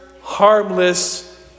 harmless